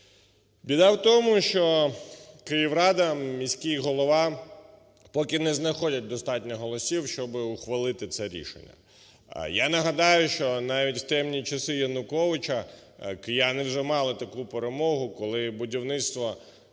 Біда в тому, що Київрада, міський голова поки не знаходять достатньо голосів, щоби ухвалити це рішення. Я нагадаю, що навіть в темні часи Януковича кияни вже мали таку перемогу, коли будівництво